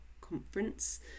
conference